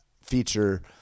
feature